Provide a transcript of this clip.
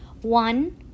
One